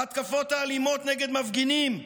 ההתקפות האלימות נגד מפגינים,